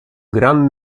gran